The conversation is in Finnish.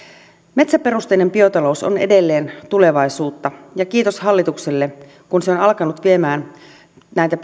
metsäperusteinen biotalous on edelleen tulevaisuutta ja kiitos hallitukselle kun se on alkanut viemään näitä